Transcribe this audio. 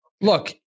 Look